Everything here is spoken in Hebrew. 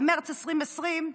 במרץ 2020,